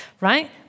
right